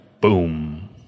boom